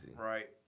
Right